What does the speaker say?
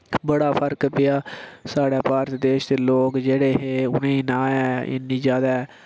बड़ा फर्क पेआ साढ़े भारत देश दे लोक जेह्ड़े हे उ'नें ना इ'नें इन्नी जैदा